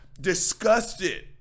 Disgusted